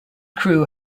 crew